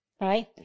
Right